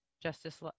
Justice